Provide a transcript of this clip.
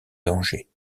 danger